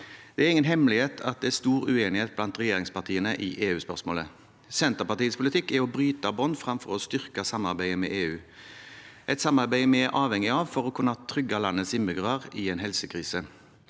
Det er ingen hemmelighet at det er stor uenighet blant regjeringspartiene i EU-spørsmålet. Senterpartiets politikk er å bryte bånd framfor å styrke samarbeidet med EU, et samarbeid vi er avhengig av for å kunne trygge landets innbyggere i en helsekrise.